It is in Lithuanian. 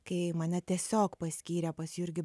kai mane tiesiog paskyrė pas jurgį